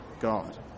God